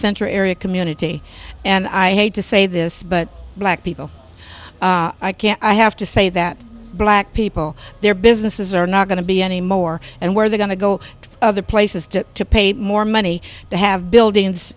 center area community and i hate to say this but black people i can't i have to say that black people their businesses are not going to be any more and where they're going to go to other places to pay more money to have buildings